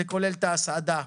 זה כולל הסעדה,